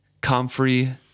Comfrey